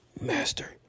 Master